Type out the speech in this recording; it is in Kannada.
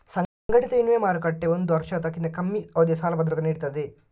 ಸಂಘಟಿತ ವಿನಿಮಯ ಮಾರುಕಟ್ಟೆ ಒಂದು ವರ್ಷ ಅಥವಾ ಅದಕ್ಕಿಂತ ಕಮ್ಮಿ ಅವಧಿಯ ಸಾಲ ಭದ್ರತೆ ನೀಡ್ತದೆ